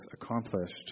accomplished